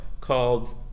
called